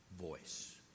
voice